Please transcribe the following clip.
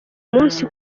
munsi